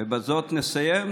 ובזאת נסיים.